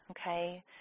okay